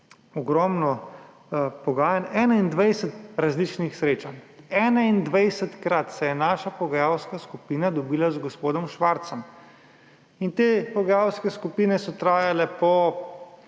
ogromno pogajanj, 21 različnih srečanj. 21-krat se je naša pogajalska skupina dobila z gospodom Švarcem. In te pogajalske skupine so trajale po